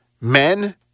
men